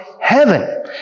heaven